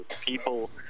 people